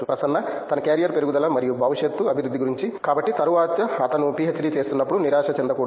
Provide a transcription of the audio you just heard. ప్రసన్న తన క్యారియర్ పెరుగుదల మరియు భవిష్యత్తు అభివృద్ధి గురించి కాబట్టి తరువాత అతను పీహెచ్డీ చేస్తున్నప్పుడు నిరాశ చెందకూడదు